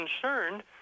concerned